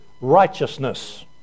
righteousness